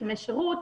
הסכמי שירות,